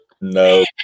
No